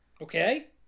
Okay